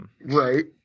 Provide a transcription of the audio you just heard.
Right